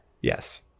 Yes